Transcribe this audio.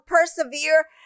persevere